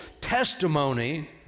testimony